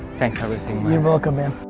thanks everything man. you're welcome man.